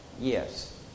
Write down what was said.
Yes